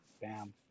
Bam